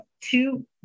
two